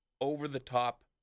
over-the-top